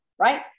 right